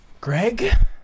Greg